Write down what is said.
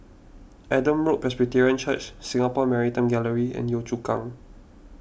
Adam Road Presbyterian Church Singapore Maritime Gallery and Yio Chu Kang